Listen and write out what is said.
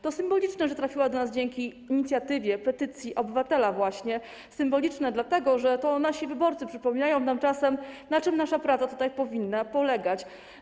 To symboliczne, że trafiła do nas dzięki inicjatywie, petycji właśnie obywatela, to symboliczne dlatego, że to nasi wyborcy przypominają nam czasem, na czym nasza praca tutaj powinna polegać.